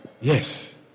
Yes